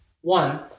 One